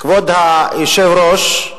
כבוד היושב-ראש.